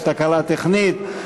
יש תקלה טכנית.